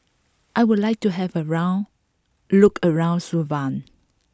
I would like to have a look around Suva